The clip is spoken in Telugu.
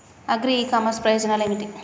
అగ్రి ఇ కామర్స్ ప్రయోజనాలు ఏమిటి?